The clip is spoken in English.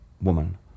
woman